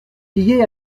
billet